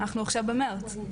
אנחנו עכשיו כבר בחודש מרץ.